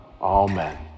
Amen